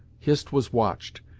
hist was watched,